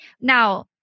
Now